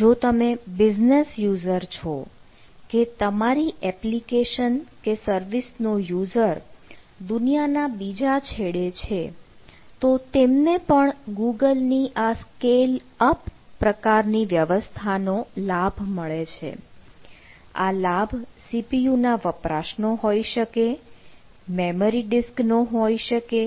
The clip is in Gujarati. જો તમે બિઝનેસ યુઝર છો કે તમારી એપ્લિકેશન કે સર્વિસનો યૂઝર દુનિયાના બીજા છેડે છે તો તેમને પણ ગૂગલની આ સ્કેલ અપ પ્રકારની વ્યવસ્થાનો લાભ મળે છે આ લાભ cpu ના વપરાશનો હોઈ શકે મેમરી ડિસ્ક નો હોઈ શકે